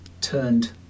turned